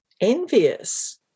envious